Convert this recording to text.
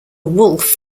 wolf